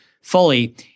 fully